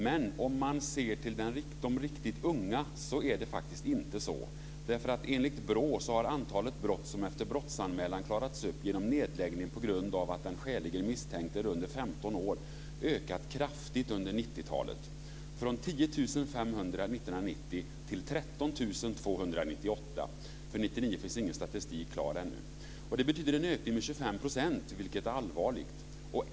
Men om man ser till de riktigt unga är det faktiskt inte så. Enligt BRÅ har antalet brott som efter brottsanmälan klarats upp genom nedläggning på grund av att den skäligen misstänkte är under 15 år ökat kraftigt under 90-talet från 10 500 år 1990 till 13 200 år 1998 - för 1999 finns ingen statistik klar ännu. Det betyder en ökning med 25 %, vilket är allvarligt.